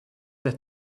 that